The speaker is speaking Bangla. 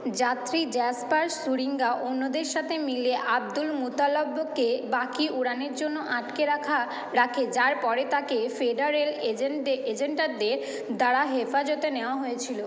যাত্রী জ্যাসপার শুরিঙ্গা অন্যদের সাথে মিলে আবদুল মুতালাব্বোকে বাকি উড়ানের জন্য আটকে রাখা রাখে যার পরে তাকে ফেডারেল এজেন্টদে এজেন্টারদের দ্বারা হেফাজতে নেওয়া হয়েছিলো